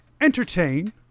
entertain